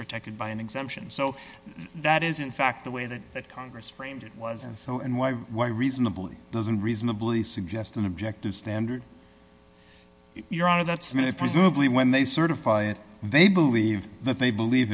protected by an exemption so that is in fact the way that congress framed it wasn't so and why why reasonable doesn't reasonably suggest an objective standard your honor that's not it presumably when they certify it they believe that they believe